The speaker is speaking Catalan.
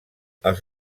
els